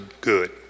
good